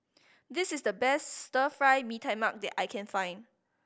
this is the best Stir Fry Mee Tai Mak that I can find